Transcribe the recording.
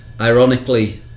ironically